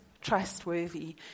trustworthy